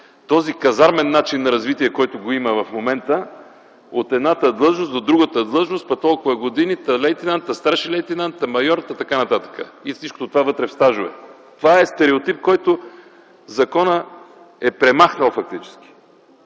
този казармен начин на развитие, който в момента го има – от едната длъжност в другата длъжност, пък толкова години, пък лейтенант, та старши лейтенант, та майор, и така нататък. И всичко това вътре в стажове. Това е стереотип, който законът е премахнал фактически.